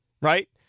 right